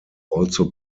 also